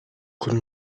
akan